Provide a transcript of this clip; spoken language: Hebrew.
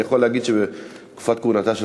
ואני יכול להגיד שבתקופת כהונתה של